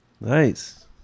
Nice